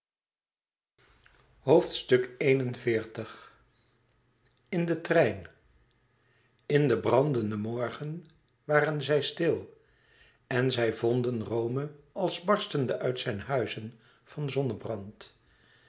in den trein in den brandenden morgen waren zij stil en zij vonden rome als barstende uit zijne huizen van zonnebrand